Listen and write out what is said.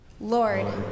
Lord